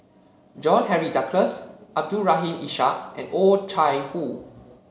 John Henry Duclos Abdul Rahim Ishak and Oh Chai Hoo